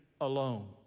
alone